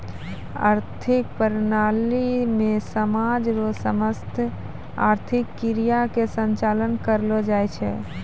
आर्थिक प्रणाली मे समाज रो समस्त आर्थिक क्रिया के संचालन करलो जाय छै